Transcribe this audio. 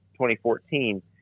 2014